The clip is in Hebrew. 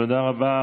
תודה רבה.